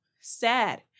sad